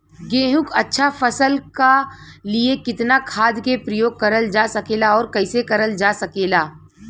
गेहूँक अच्छा फसल क लिए कितना खाद के प्रयोग करल जा सकेला और कैसे करल जा सकेला?